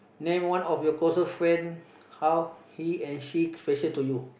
name one of your closest friend how he and she special to you